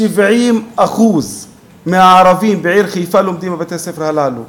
70% מהערבים בעיר חיפה לומדים בבתי-הספר הללו,